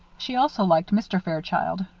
she also liked mr. fairchild